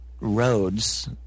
roads